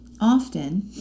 often